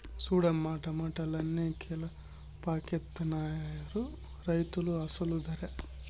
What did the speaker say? సూడమ్మో టమాటాలన్ని కీలపాకెత్తనారు రైతులు అసలు దరే